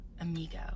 amigo